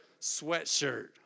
sweatshirt